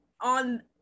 on